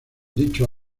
dicho